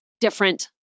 different